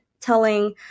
telling